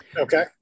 Okay